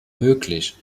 möglich